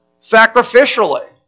sacrificially